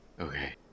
okay